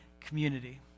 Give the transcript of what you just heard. community